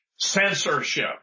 censorship